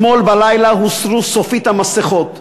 אתמול בלילה הוסרו סופית המסכות.